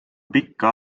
pikka